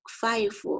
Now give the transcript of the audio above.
five